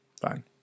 Fine